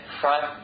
front